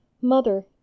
Mother